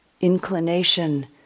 inclination